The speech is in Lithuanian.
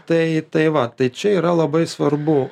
tai tai va tai čia yra labai svarbu